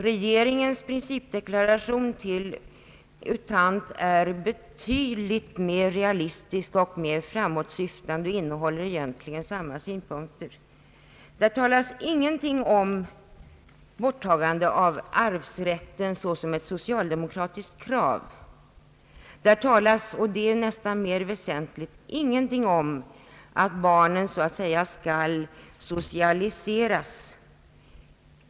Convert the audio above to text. Regeringens principdeklaration till U Thant är betydligt mer realistisk och mer framåtsyftande och innehåller egentligen samma synpunkter. Där talas ingenting om borttagande av arvsrätten såsom ett socialdemokratiskt krav. Där talas ingenting om — och det är nästan mer väsentligt — att barnen så att säga skall socialiseras.